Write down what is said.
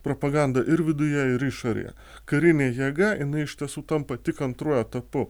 propaganda ir viduje ir išorėje karinė jėga jinai iš tiesų tampa tik antruoju etapu